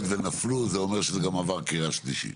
ונפלו זה אומר שזה גם עבר קריאה שלישית.